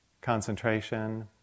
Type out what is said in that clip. concentration